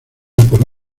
por